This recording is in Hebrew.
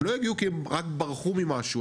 הם לא הגיעו כי הם רק ברחו ממשהו,